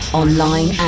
online